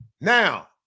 Now